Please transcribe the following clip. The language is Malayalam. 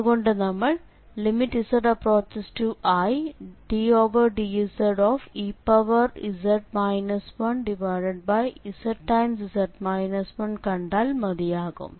അതുകൊണ്ട് നമ്മൾ z→iddz ez 1zz 1 കണ്ടാൽ മതിയാകും